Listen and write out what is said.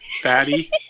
Fatty